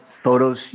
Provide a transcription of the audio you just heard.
photos